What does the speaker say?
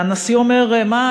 והנשיא אומר: מה,